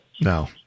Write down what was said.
No